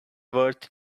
worth